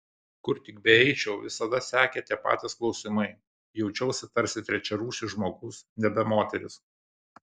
kur tik beeičiau visada sekė tie patys klausimai jaučiausi tarsi trečiarūšis žmogus nebe moteris